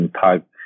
type